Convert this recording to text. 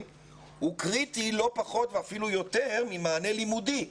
הוא קריטי לא פחות ואפילו יותר ממענה לימודי.